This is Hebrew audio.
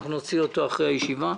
נוציא אותו אחרי הישיבה.